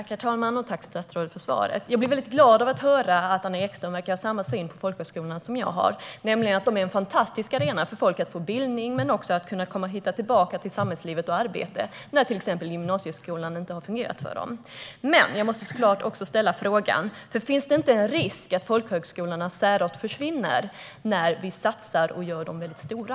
Herr talman! Jag tackar statsrådet för svaret. Jag blir väldigt glad av att höra att Anna Ekström verkar ha samma syn på folkhögskolorna som jag har, nämligen att de är en fantastisk arena för att folk ska få bildning samt för att människor ska kunna hitta tillbaka till samhällslivet och till arbete när till exempel gymnasieskolan inte har fungerat för dem. Men jag måste såklart också ställa frågan: Finns det inte en risk att folkhögskolornas särart försvinner när vi satsar och gör dem väldigt stora?